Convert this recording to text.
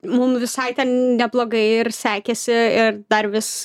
mum visai ten neblogai ir sekėsi ir dar vis